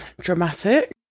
dramatic